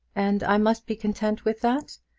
and i must be content with that?